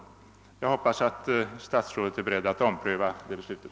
Jag hoppas att statsrådet är beredd att ompröva det beslutet.